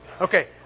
Okay